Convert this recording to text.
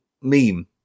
meme